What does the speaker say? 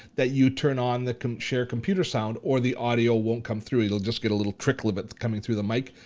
that you turn on the share computer sound, or the audio won't come through. you'll just get a little trickle of it coming through the mic,